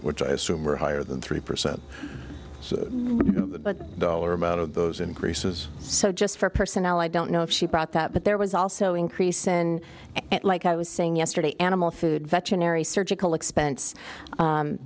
which i assume were higher than three percent but dollar amount of those increases so just for personnel i don't know if she brought that but there was also increase in it like i was saying yesterday animal food veterinary surgical expense